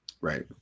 Right